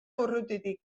urrutitik